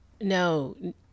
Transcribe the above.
No